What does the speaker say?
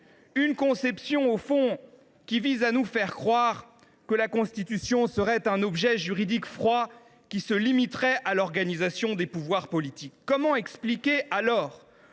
Cette conception, au fond, vise à nous faire croire que la Constitution serait un objet juridique froid, qui se limiterait à l’organisation des pouvoirs politiques. Comment expliquer alors